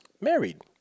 married